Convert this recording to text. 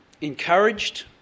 encouraged